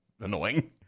annoying